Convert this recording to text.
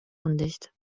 undicht